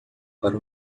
para